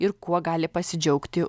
ir kuo gali pasidžiaugti